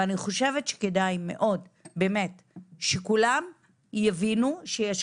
אני באמת חושבת שכדאי מאוד שכולם יבינו שיש